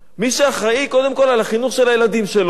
מי שאחראי קודם כול לחינוך של הילדים שלו,